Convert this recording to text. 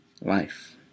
life